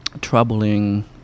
troubling